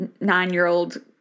nine-year-old